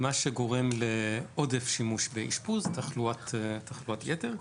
מה שגורם לעודף שימוש באשפוז, תחלואת יתר.